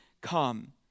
come